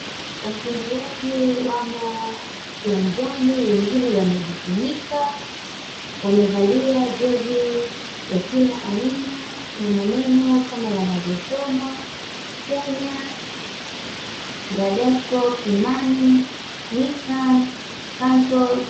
Wakimbiaji wamo uwanjani wengine wamejifunika, wamevalia jezi ya kila aina na maneno kama yanavyosomwa, " KENYA, Bradesco, KIMANI, NISSAN, SANTOS".